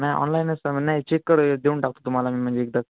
नाही ऑनलाईनच आहे मग नाही चेक कर देऊन टाकतो तुम्हाला मी म्हणजे एकदाच